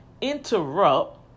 interrupt